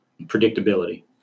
predictability